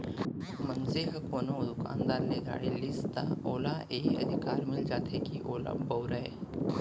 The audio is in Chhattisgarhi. मनसे ह कोनो दुकानदार ले गाड़ी लिस त ओला ए अधिकार मिल जाथे के ओला बउरय